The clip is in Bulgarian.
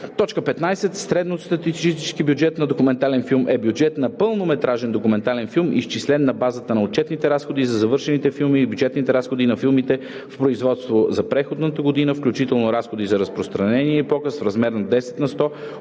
15. „Средностатистически бюджет на документален филм“ е бюджет на пълнометражен документален филм, изчислен на базата на отчетените разходи за завършените филми и бюджетните разходи на филмите в производство за предходната година, включително разходите за разпространение и показ в размер 10 на сто